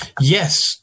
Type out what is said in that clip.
Yes